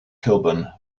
kilburn